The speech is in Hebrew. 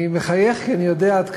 אני מחייך, כי אני יודע עד כמה,